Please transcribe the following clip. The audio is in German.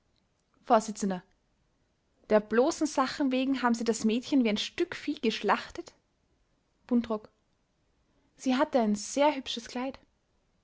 vors der bloßen sachen wegen haben sie das mädchen wie ein stück vieh geschlachtet buntrock sie hatte ein sehr hübsches kleid